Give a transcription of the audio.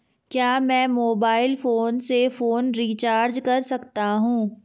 क्या मैं mobile phone से फोन रिचार्ज कर सकता हूं?